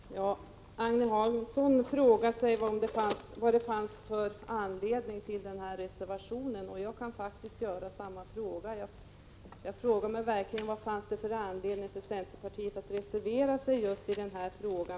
Herr talman! Agne Hansson frågar sig vad det finns för anledning till reservationen. Jag kan faktiskt ställa samma fråga. Jag frågar mig verkligen vad det fanns för anledning för centerpartiet att reservera sig i denna fråga.